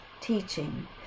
teaching